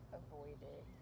avoided